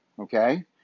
okay